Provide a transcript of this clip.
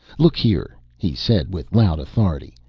look here, he said with loud authority,